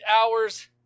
hours